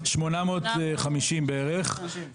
850 בערך.